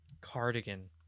cardigan